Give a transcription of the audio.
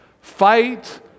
Fight